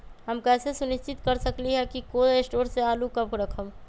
हम कैसे सुनिश्चित कर सकली ह कि कोल शटोर से आलू कब रखब?